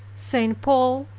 st. paul,